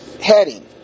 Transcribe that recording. heading